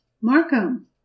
markham